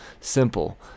Simple